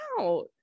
out